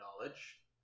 knowledge